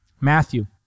Matthew